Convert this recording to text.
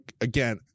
again